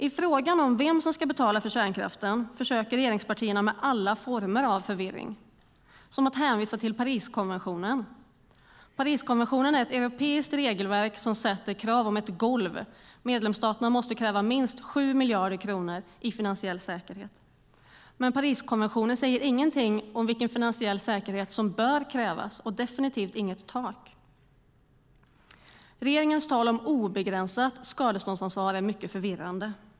I frågan om vem som ska betala för kärnkraften försöker regeringspartierna med alla former av förvirring, såsom att hänvisa till Pariskonventionen. Pariskonventionen är ett europeiskt regelverk som sätter som golv att medlemsstaterna måste kräva minst 7 miljarder i finansiell säkerhet. Dock säger Pariskonventionen inget om vilken finansiell säkerhet som bör krävas, och den sätter definitivt inget tak. Regeringens tal om obegränsat skadeståndsansvar är förvirrande.